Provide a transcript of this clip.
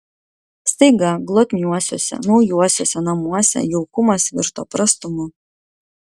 staiga glotniuosiuose naujuosiuose namuose jaukumas virto prastumu